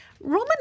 Roman